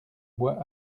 bois